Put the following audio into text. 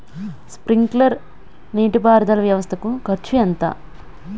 Sprinkler నీటిపారుదల వ్వవస్థ కు ఖర్చు ఎంత?